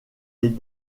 les